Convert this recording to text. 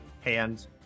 hands